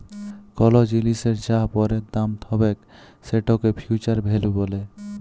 call জিলিসের যা পরের দাম হ্যবেক সেটকে ফিউচার ভ্যালু ব্যলে